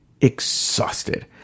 exhausted